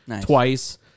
twice